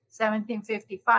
1755